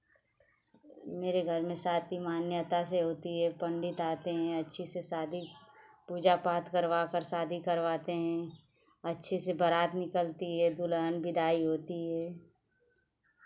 मेरे घर में शादी मान्यता से होती है पंडित आते हैं अच्छे से शादी पूजा पाठ करवाकर शादी करवाते हैं अच्छे से बारात निकलती है दुल्हन विदाई होती है